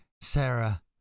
sarah